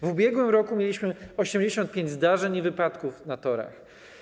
W ubiegłym roku mieliśmy 85 zdarzeń i wypadków na torach.